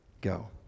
go